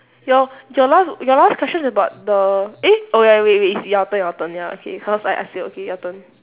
your your last your last question is about the eh oh ya wait wait is your turn your turn ya okay cause I ask you okay your turn